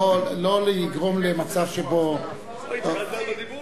לא לגרום למצב שבו, היא צריכה להיזהר בדיבור שלה.